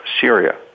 Syria